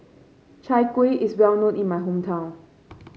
Chai Kueh is well known in my hometown